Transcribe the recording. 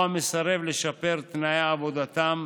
או המסרב לשפר תנאי עבודתם,